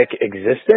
existence